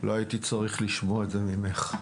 לא הייתי צריך לשמוע את זה ממך.